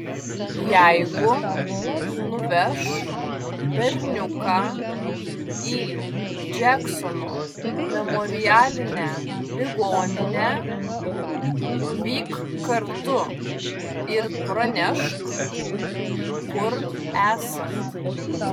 jeigu nuveš berniuką į džeksono memorialinę ligoninę vyk kartu ir pranešk kur esat